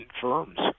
firms